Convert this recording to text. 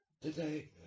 Today